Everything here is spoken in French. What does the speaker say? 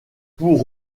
pour